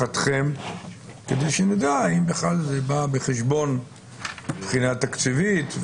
כדי שנדע אם זה בכלל בא בחשבון מבחינה תקציבית,